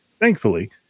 Thankfully